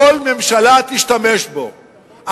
כל ממשלה תשתמש בו,